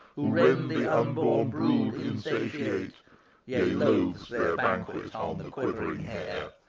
the unborn brood, insatiate yea, loathes their banquet on the quivering hare.